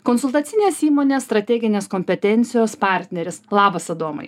konsultacinės įmonės strateginės kompetencijos partneris labas adomai